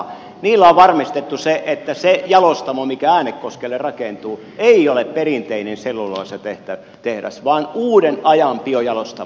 niillä on varmistettu se että se jalostamo mikä äänekoskelle rakentuu ei ole perinteinen selluloosatehdas vaan uuden ajan biojalostamo